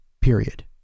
period